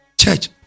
Church